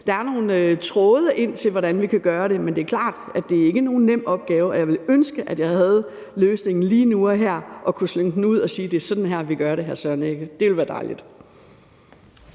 Der er nogle tråde ind til, hvordan vi kan gøre det, men det er klart, at det ikke er nogen nem opgave, og jeg ville ønske, at jeg havde løsningen lige nu og her og kunne slynge den ud og sige, at det er sådan her, vi gør det, hr. Søren Egge Rasmussen. Det ville være dejligt.